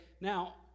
Now